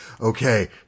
okay